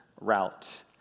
route